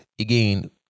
again